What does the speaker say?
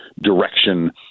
direction